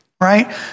right